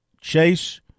Chase